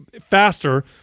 faster